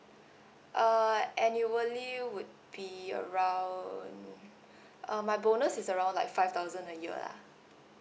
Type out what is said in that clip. uh and annually would be around um my bonus is around like five thousand a year lah